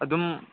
ꯑꯗꯨꯝ